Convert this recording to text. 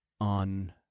on